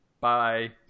bye